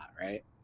right